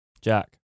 Jack